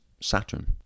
Saturn